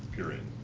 period.